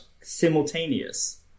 simultaneous